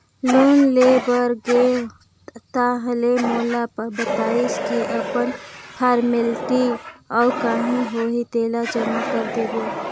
loan ले बर गेंव ताहले मोला बताइस की अपन फारमेलटी अउ काही होही तेला जमा कर देबे